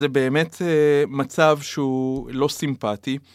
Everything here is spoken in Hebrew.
זה באמת מצב שהוא לא סימפטי.